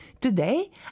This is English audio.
Today